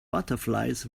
butterflies